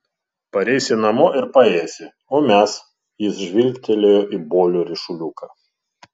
pareisi namo ir paėsi o mes jis žvilgtelėjo į bolio ryšuliuką